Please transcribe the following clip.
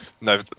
no